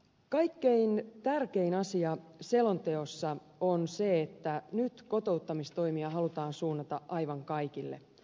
kaikkein tärkein asia selonteossa on se että nyt kotouttamistoimia halutaan suunnata aivan kaikille